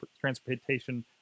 transportation